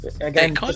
Again